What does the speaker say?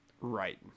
Right